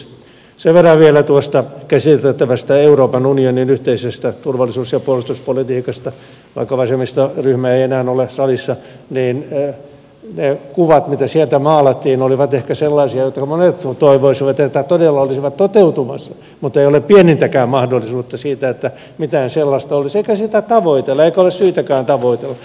sen verran vielä tuosta käsiteltävästä euroopan unionin yhteisestä turvallisuus ja puolustuspolitiikasta vaikka vasemmistoryhmä ei enää ole salissa että ne kuvat mitä sieltä maalattiin olivat ehkä sellaisia joista monet toivoisivat että ne todella olisivat toteutumassa mutta ei ole pienintäkään mahdollisuutta siihen että mitään sellaista olisi eikä sitä tavoitella eikä ole syytäkään tavoitella